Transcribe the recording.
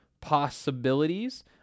possibilities